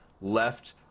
left